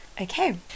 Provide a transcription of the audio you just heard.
Okay